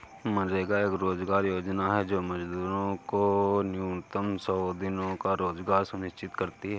मनरेगा एक रोजगार योजना है जो मजदूरों को न्यूनतम सौ दिनों का रोजगार सुनिश्चित करती है